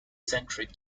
centric